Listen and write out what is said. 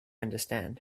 extend